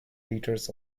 liters